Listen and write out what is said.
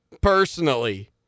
personally